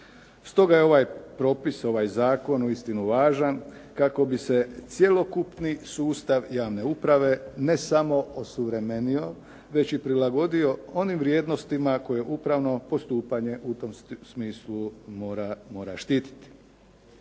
Stoga je ovaj propis, ovaj zakon uistinu važan kako bi se cjelokupni sustav javne uprave, ne samo osuvremenio već i prilagodio onim vrijednostima koje upravno postupanje u tom smislu mora štititi.